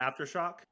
aftershock